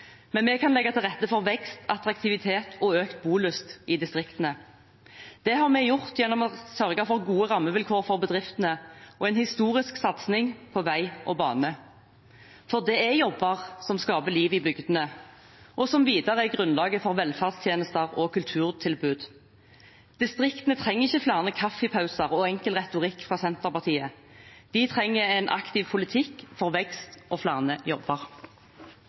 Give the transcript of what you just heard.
men vi kan legge til rette for vekst, attraktivitet og økt bolyst i distriktene. Det har vi gjort gjennom å sørge for gode rammevilkår for bedriftene og en historisk satsing på vei og bane, for det er jobber som skaper liv i bygdene, og som videre er grunnlaget for velferdstjenester og kulturtilbud. Distriktene trenger ikke flere kaffepauser og enkel retorikk fra Senterpartiet. De trenger en aktiv politikk for vekst og flere jobber.